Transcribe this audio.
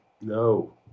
No